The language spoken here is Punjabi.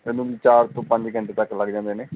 ਲਗਭਗ ਚਾਰ ਤੋਂ ਪੰਜ ਘੰਟੇ ਤੱਕ ਲੱਗ ਜਾਂਦੇ ਨੇ